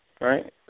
Right